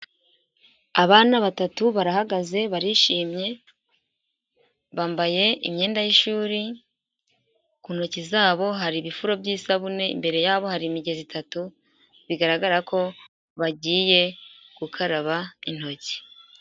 Abana batatu barahagaze barishimye. Bambaye imyenda y'ishuri ku ntoki zabo hari ibifuro by'isabune, imbere yabo hari imigezi itatu bigaragara ko bagiye gukaraba intoki.